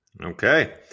Okay